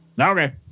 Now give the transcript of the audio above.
Okay